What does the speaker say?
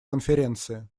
конференции